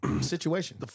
situation